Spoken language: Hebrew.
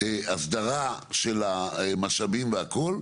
הסדרה של המשאבים והכל,